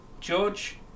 George